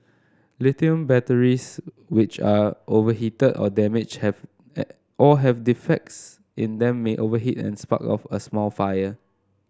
lithium batteries which are overheated or damaged have at or have defects in them may overheat and spark off a small fire